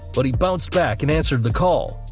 but he bounced back and answered the call.